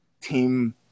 team